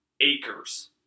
Acres